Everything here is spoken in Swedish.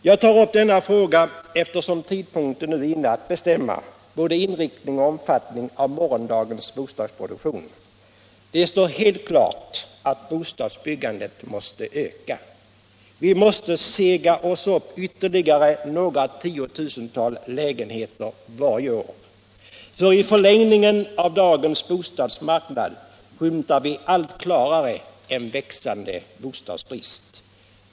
Jag tar upp denna fråga eftersom tidpunkten nu är inne att bestämma både inriktning och omfattning av morgondagens bostadsproduktion. Det står helt klart att bostadsbyggandet måste öka. Vi måste sega oss upp ytterligare några tiotusental lägenheter varje år. För i förlängningen av dagens bostadsmarknad skymtar vi allt klarare en växande bostadsbrist.